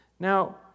Now